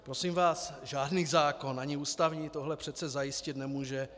Prosím vás, žádný zákon, ani ústavní, tohle přece zajistit nemůže.